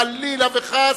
חלילה וחס,